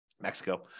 Mexico